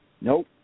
Nope